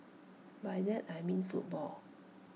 by that I mean football